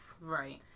Right